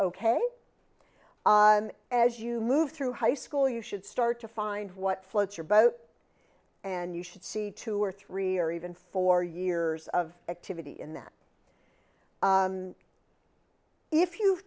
ok as you move through high school you should start to find what floats your boat and you should see two or three or even four years of activity in that if you've